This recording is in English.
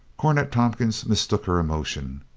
cornet tompkins mistook her emotion.